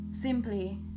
simply